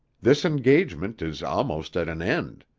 this engagement is almost at an end.